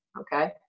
okay